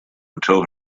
until